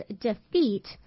defeat